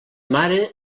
mare